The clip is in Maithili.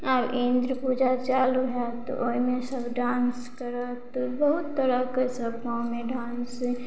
आब इन्द्र पूजा चालू होयत तऽ ओहिमे सब डान्स करत बहुत तरहके सब गाँवमे डान्स